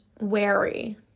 wary